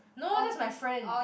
of this oh